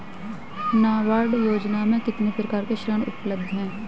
नाबार्ड योजना में कितने प्रकार के ऋण उपलब्ध हैं?